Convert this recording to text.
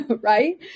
Right